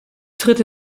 tritt